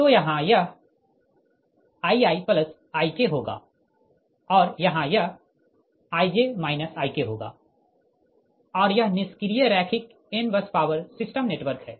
तो यहाँ यह IiIk होगा और यहाँ यह Ij Ik होगा और यह निष्क्रिय रैखिक n bus power system network है